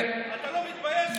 אתה לא מתבייש?